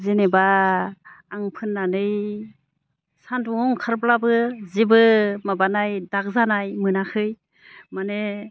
जेनेबा आं फोननानै सान्दुङाव ओंखारब्लाबो जेबो माबानाय दाग जानाय मोनाखै माने